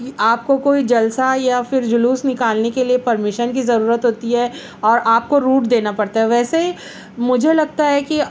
کہ آپ کو کوئی جلسہ یا پھر جلوس نکالنے کے لیے پرمیشن کی ضرورت ہوتی ہے اور آپ کو روٹ دینا پڑتا ہے ویسے ہی مجھے لگتا ہے کہ